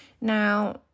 now